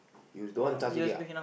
you don't want charge already ah